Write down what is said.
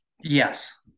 Yes